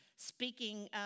speaking